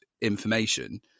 information